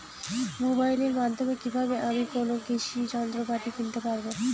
মোবাইলের মাধ্যমে কীভাবে আমি কোনো কৃষি যন্ত্রপাতি কিনতে পারবো?